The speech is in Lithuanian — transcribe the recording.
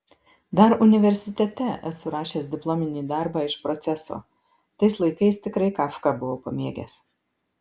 dar universitete esu rašęs diplominį darbą iš proceso tais laikais tikrai kafką buvau pamėgęs